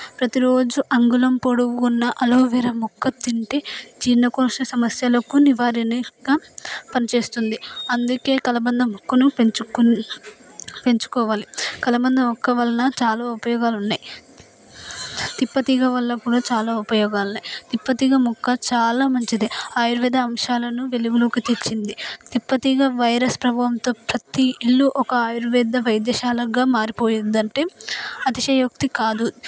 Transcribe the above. ప్రతిరోజు అంగుళం పొడవు ఉన్న అలోవెరా మొక్క తింటే జీర్ణకోశ సమస్యలకు నివారిణిగా పని చేస్తుంది అందుకే కలబంద మొక్కను పెంచుకుం పెంచుకోవాలి కలబంద మొక్క వలన చాలా ఉపయోగాలు ఉన్నాయి తిప్పతీగ వల్ల కూడా చాలా ఉపయోగాలు ఉన్నాయి తిప్పతీగ ముక్క చాలా మంచిది ఆయుర్వేద అంశాలను వెలుగులోకి తెచ్చింది తిప్పతీగ వైరస్ ప్రభావంతో ప్రతి ఇల్లు ఒక ఆయుర్వేద వైద్యశాలగా మారిపోయింది అంటే అతిశయోక్తి కాదు